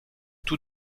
tous